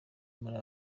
muri